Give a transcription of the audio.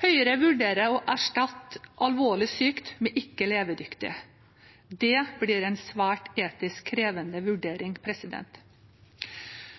Høyre vurderer å erstatte «alvorlig sykdom» med «ikke levedyktig». Det blir en etisk svært krevende vurdering.